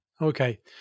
Okay